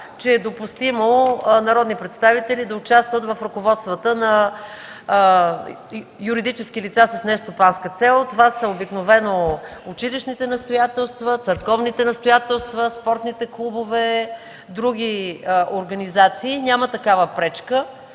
че е допустимо народни представители да участват в ръководствата на юридически лица с нестопанска цел. Това са обикновено училищните настоятелства, църковните настоятелства, спортни клубове и други организации. Няма такава пречка.